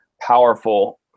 powerful